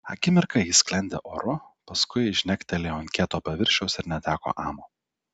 akimirką ji sklendė oru paskui žnektelėjo ant kieto paviršiaus ir neteko amo